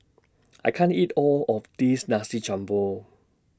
I can't eat All of This Nasi Campur